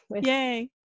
Yay